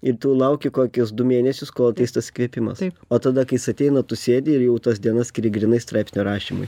ir tu lauki kokius du mėnesius kol ateis tas įkvėpimas o tada kai jis ateina tu sėdi ir jau tas dienas skiri grynai straipsnio rašymui